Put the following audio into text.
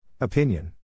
Opinion